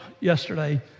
yesterday